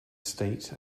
state